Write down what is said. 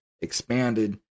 expanded